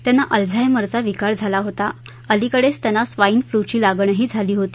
त्यांना अल्झायमरचा विकार झाला होता अलिकडेच त्यांना स्वाईन फ्लूची लागणही झाली होती